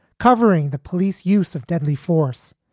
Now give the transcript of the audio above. covering the police use of deadly force,